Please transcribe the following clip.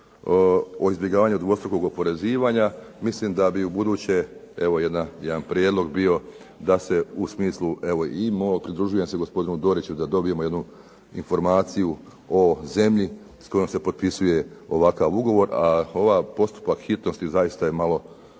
o izbjegavanju dvostrukog oporezivanja, mislim da bi ubuduće jedan prijedlog bio da se u smislu i pridružujem se gospodinu Doriću da dobijemo jednu informaciju o zemlji s kojom se potpisuje ovakav ugovor. A ovaj postupak hitnosti je zaista malo